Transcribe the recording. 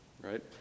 right